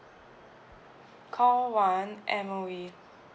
call one M_O_E